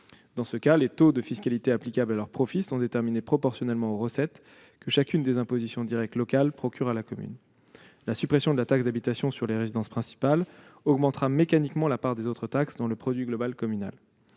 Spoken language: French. Dans ce cas, les taux de fiscalité applicables à leur profit sont déterminés proportionnellement aux recettes que chacune des impositions directes locales procure à la commune. La suppression de la taxe d'habitation sur les résidences principales augmentera mécaniquement la part des autres taxes dans le produit global communal.